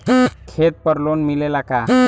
खेत पर लोन मिलेला का?